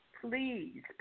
please